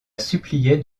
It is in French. suppliaient